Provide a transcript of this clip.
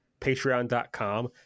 patreon.com